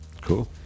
cool